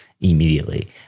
immediately